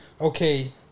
okay